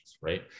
right